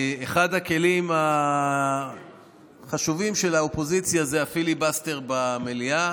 אחד הכלים החשובים של האופוזיציה זה הפיליבסטר במליאה